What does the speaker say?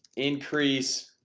increase